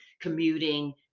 commuting